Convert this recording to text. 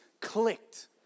clicked